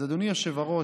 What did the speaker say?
אז אדוני היושב-ראש,